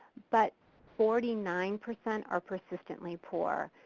but forty nine percent are persistently poor.